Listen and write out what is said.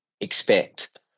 expect